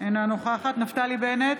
אינה נוכחת נפתלי בנט,